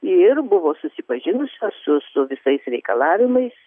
ir buvo susipažinusios su su visais reikalavimais